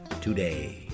today